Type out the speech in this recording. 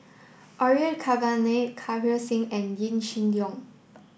Orfeur Cavenagh Kirpal Singh and Yaw Shin Leong